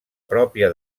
pròpia